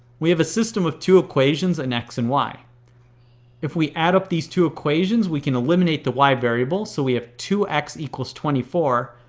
we have a system with two equations and x and y if we add up these two equations, we can eliminate the y variable so we have two x equals twenty four,